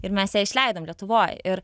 ir mes ją išleidom lietuvoj ir